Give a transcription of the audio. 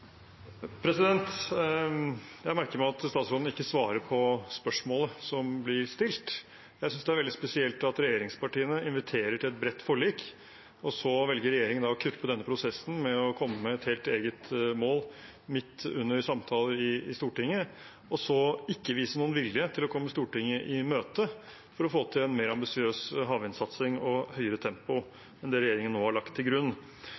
Jeg merker meg at statsråden ikke svarer på spørsmålet som blir stilt. Jeg synes det er veldig spesielt at når regjeringspartiene inviterer til et bredt forlik, velger regjeringen å kuppe denne prosessen ved å komme med et helt eget mål midt under samtaler i Stortinget og så ikke vise noen vilje til å komme Stortinget i møte for å få til en mer ambisiøs havvindsatsing og et høyere tempo enn det regjeringen nå har lagt til grunn.